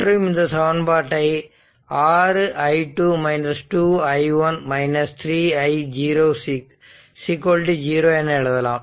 மற்றும் இந்த சமன்பாட்டை 6 i2 2 i1 3 i 0 என எழுதலாம்